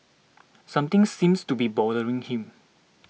something seems to be bothering him